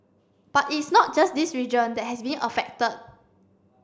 but it's not just this region that has been affected